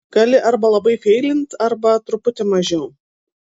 gali arba labai feilint arba truputį mažiau